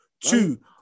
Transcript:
Two